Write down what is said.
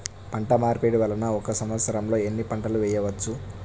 పంటమార్పిడి వలన ఒక్క సంవత్సరంలో ఎన్ని పంటలు వేయవచ్చు?